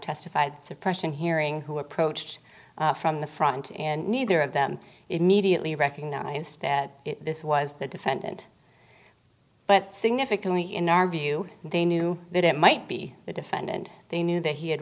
testified suppression hearing who approached from the front and neither of them immediately recognized that this was the defendant but significantly in our view they knew that it might be the defendant they knew that he had